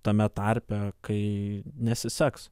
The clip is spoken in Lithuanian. tame tarpe kai nesiseks